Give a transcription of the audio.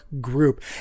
group